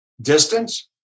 distance